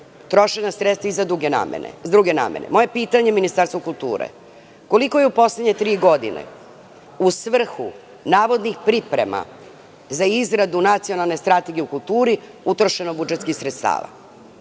trošena sredstva i za druge namene. Moje pitanje Ministarstvu kulture – koliko je u poslednje tri godine u svrhu navodnih priprema za izradu Nacionalne strategije u kulturi utrošen budžetskih sredstava? Drugo